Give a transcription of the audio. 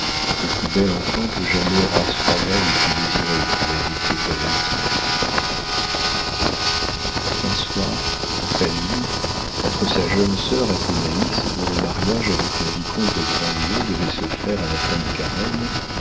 le plus bel enfant que jamais race royale eût pu désirer pour héritier présomptif un soir en famille entre sa jeune sœur athénaïs dont le mariage avec le vicomte de grandlieu devait se faire à la fin du carême